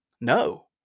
No